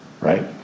Right